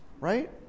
right